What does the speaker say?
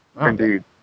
indeed